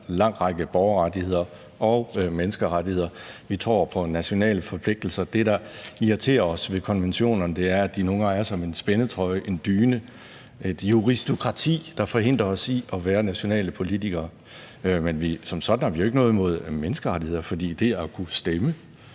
er der en lang række borgerrettigheder og menneskerettigheder. Vi tror på en national forpligtelse. Det, der irriterer os ved konventionerne, er, at de nogle gange er som en spændetrøje, en dyne, et juristokrati, der forhindrer os i at være nationale politikere. Men som sådan har vi ikke noget imod menneskerettigheder, for det at kunne stemme,